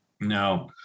No